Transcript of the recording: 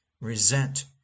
resent